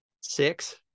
Six